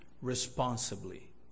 responsibly